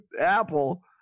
apple